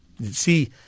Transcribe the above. See